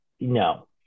no